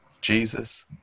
Jesus